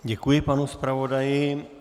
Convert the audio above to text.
Děkuji panu zpravodaji.